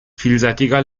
vielseitiger